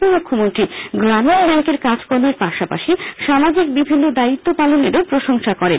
উপমুখ্যমন্ত্রী গ্রামীণ ব্যাঙ্কের কাজ কর্মের পাশাপাশি সামাজিক বিভিন্ন দায়দায়িত্ব পালনেরও প্রশংসা করেন